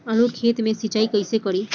आलू के खेत मे सिचाई कइसे करीं?